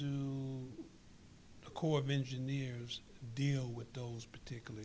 do the corps of engineers deal with those particular